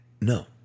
No